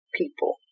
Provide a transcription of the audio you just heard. people